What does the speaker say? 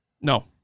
No